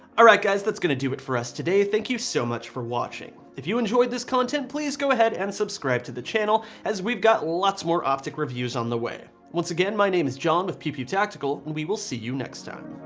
ah right guys, that's gonna do it for us today. thank you so much for watching. if you enjoyed this content, please go ahead and subscribe to the channel as we've got lots more optic reviews on the way. once again, my name is john with pew pew tactical and we will see you next time.